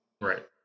Right